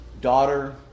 Daughter